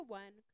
one